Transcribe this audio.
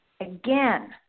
Again